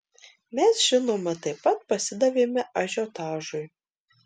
mes žinoma taip pat pasidavėme ažiotažui